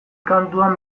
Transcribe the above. kantuan